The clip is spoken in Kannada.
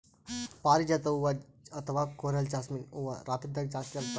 ಪಾರಿಜಾತ ಹೂವಾ ಅಥವಾ ಕೊರಲ್ ಜಾಸ್ಮಿನ್ ಹೂವಾ ರಾತ್ರಿದಾಗ್ ಜಾಸ್ತಿ ಅರಳ್ತಾವ